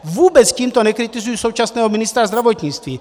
Vůbec tímto nekritizuji současného ministra zdravotnictví.